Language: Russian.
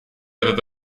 этот